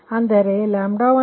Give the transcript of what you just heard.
ಅಂದರೆ 1min46